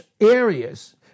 areas